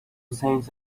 saints